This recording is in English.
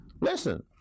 listen